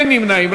אין נמנעים.